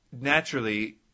naturally